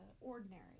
ordinary